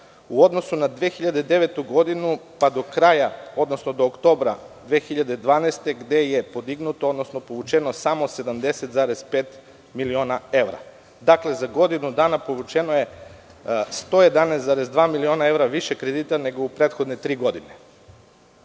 u odnosu na 2009. godinu, pa do oktobra 2012. gde je podignuto, odnosno povučeno samo 70,5 miliona evra. Dakle, za godinu dana povučeno je 111,2 miliona evra više kredita nego u prethodne tri godine. Poseban